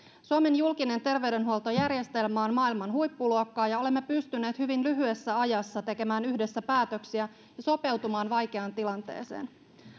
suomen julkinen terveydenhuoltojärjestelmä on maailman huippuluokkaa ja olemme pystyneet hyvin lyhyessä ajassa tekemään yhdessä päätöksiä ja sopeutumaan vaikeaan tilanteeseen